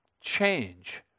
change